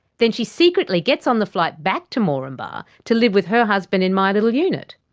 then she secretly gets on the flight back to moranbah to live with her husband in my little unit.